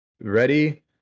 Ready